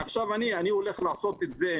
עכשיו אני הולך לעשות את זה,